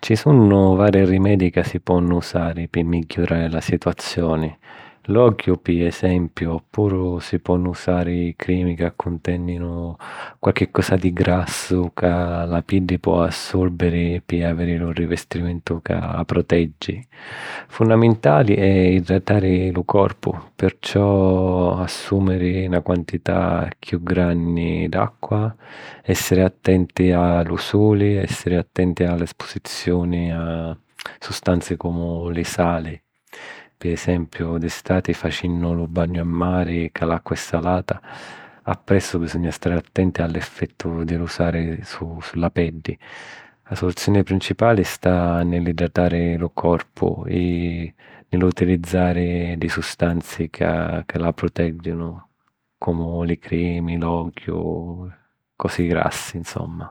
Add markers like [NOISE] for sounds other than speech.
Ci sunnu vari rimedi ca si ponnu usari pi migghiurari la situazioni: l'ogghiu pi esempio oppuro si ponnu usari crimi ca cuntèninu quarchi cosa di grassu ca la peddi pò assurbiri pi aviri lu rivestimentu ca a protiggi. Funnamintali è idratari lu corpu, pirciò assumiri na quantità chiù granni d'acqua èssiri attenti a lu suli e essiri attenti a l'espusizzioni a sustanzi comu li sali. Pi esempiu d'estati facinnu lu bagnu a mari ca l'acqua è salata appresso bisugna stari attenti all'effettu di lu sali [HESITATION] sulla peddi. A soluzioni principali sta nill'idratari lu corpu [HESITATION] e l'utilizzari li sustanzi ca la progegginu comu li cremi, l'ogghiu [HESITATION] cosi grassi insumma.